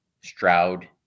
Stroud